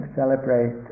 celebrate